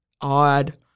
odd